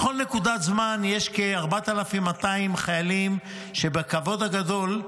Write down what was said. בכל נקודת זמן יש כ-4,200 חיילים שבכבוד גדול,